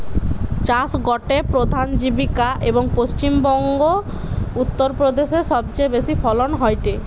চাষ গটে প্রধান জীবিকা, এবং পশ্চিম বংগো, উত্তর প্রদেশে সবচেয়ে বেশি ফলন হয়টে